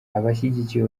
abashyigikiye